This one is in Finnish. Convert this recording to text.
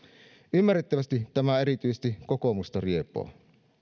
ymmärrettävästi tämä erityisesti kokoomusta riepoo